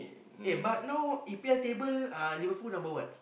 eh but now E_P_L table uh Liverpool number what